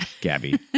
Gabby